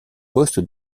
poste